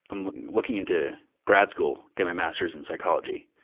i'm looking into grad school, get my masters in psychology.